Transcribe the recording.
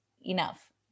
enough